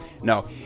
No